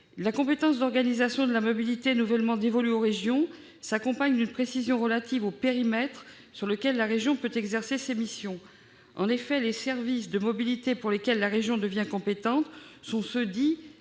La compétence d'organisation de la mobilité nouvellement dévolue aux régions s'accompagne d'une précision relative au périmètre sur lequel la région peut exercer ses missions. En effet, les services de mobilité pour lesquels la région devient compétente sont ceux «